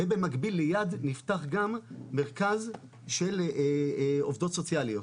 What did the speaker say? ובמקביל ליד נפתח גם מרכז של עובדות סוציאליות.